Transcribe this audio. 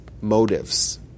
motives